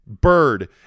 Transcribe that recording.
Bird